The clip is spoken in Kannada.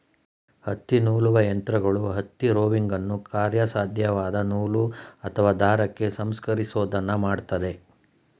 ಹತ್ತಿನೂಲುವ ಯಂತ್ರಗಳು ಹತ್ತಿ ರೋವಿಂಗನ್ನು ಕಾರ್ಯಸಾಧ್ಯವಾದ ನೂಲು ಅಥವಾ ದಾರಕ್ಕೆ ಸಂಸ್ಕರಿಸೋದನ್ನ ಮಾಡ್ತದೆ